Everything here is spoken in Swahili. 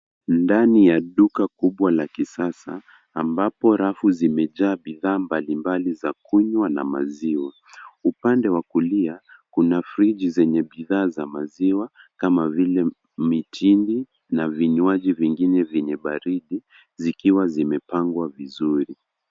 Ndani ya duka kubwa la kisasa ambapo rafu zimejaa bidhaa mbalimbali za kunywa na maziwa. Upande wa kulia kuna friji zenye bidhaa za maziwa kama vile mitindi na vinywaji vingine vyenye bardi zikiwa zimepangwa vizuri.